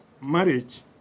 marriage